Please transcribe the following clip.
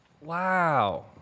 Wow